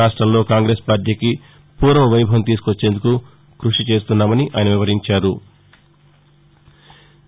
రాష్టంలో కాంగ్రెస్ పార్టీకి ఫూర్వ వైభవం తీసుకొచ్చేందుకు కృషి చేస్తున్నామని ఆయన వివరించారు